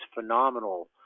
phenomenal